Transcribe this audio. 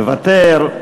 מוותר,